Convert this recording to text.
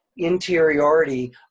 interiority